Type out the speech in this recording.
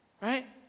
right